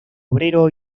obrero